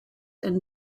and